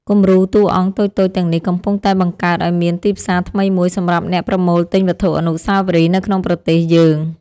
គំរូតួអង្គតូចៗទាំងនេះកំពុងតែបង្កើតឱ្យមានទីផ្សារថ្មីមួយសម្រាប់អ្នកប្រមូលទិញវត្ថុអនុស្សាវរីយ៍នៅក្នុងប្រទេសយើង។